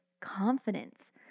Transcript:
confidence